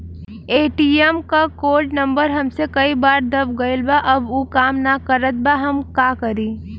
ATM क code number हमसे कई बार दब गईल बा अब उ काम ना करत बा हम का करी?